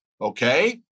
okay